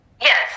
Yes